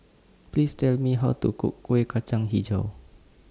Please Tell Me How to Cook Kueh Kacang Hijau